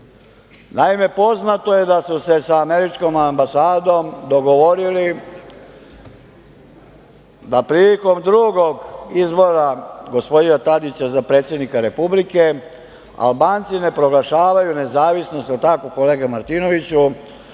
poznato je da su se sa američkom ambasadom dogovorili da prilikom drugog izbora gospodina Tadića za predsednika Republike Albanci ne proglašavaju nezavisnost, jel tako kolega Martinoviću,